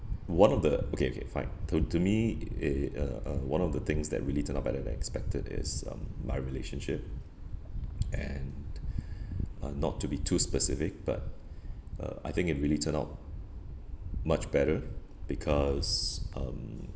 one of the okay okay fine to to me a uh uh one of the things that really turned out better expected is um my relationship and uh not to be too specific but uh I think it really turned out much better because um